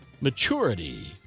maturity